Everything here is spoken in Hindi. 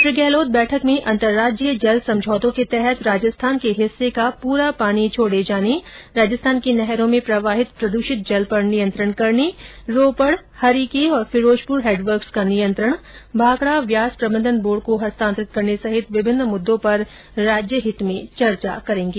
श्री गहलोत बैठक में अर्न्तराज्यीय जल समझौतों के तहत राजस्थान के हिस्से का पूरा पानी छोड़े जाने राजस्थान की नहरों में प्रवाहित प्रद्रषित जल पर नियंत्रण करने रोपड़ हरिके और फिरोजपुर हैडवर्क्स का नियंत्रण भाखड़ा ब्यास प्रबन्धन बोर्ड को हस्तान्तरित करने सहित विभिन्न मुद्दों पर राज्यहित में चर्चा करेंगे